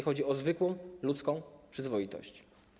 Chodzi o zwykłą, ludzką przyzwoitość.